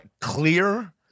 clear